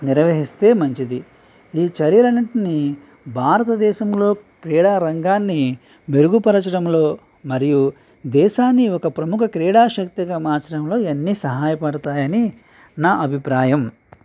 నిర్వహిస్తే మంచిది ఈ చర్యలన్నిటిని భారతదేశంలో క్రీడా రంగాన్ని మెరుగుపరచడంలో మరియు దేశాన్ని ఒక ప్రముఖ క్రీడాశక్తిగా మార్చడంలో ఈయన్ని సహాయపడతాయని నా అభిప్రాయం